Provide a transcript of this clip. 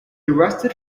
arrested